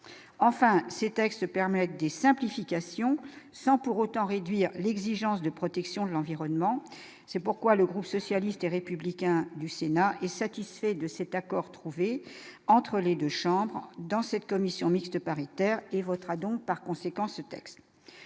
enfin ces textes permettent des simplifications, sans pour autant réduire l'exigence de protection de l'environnement, c'est pourquoi le groupe socialiste et républicain du Sénat, est satisfait de cet accord trouvé entre les 2 chambres dans cette commission mixte paritaire et votera donc, par conséquent, ce texte,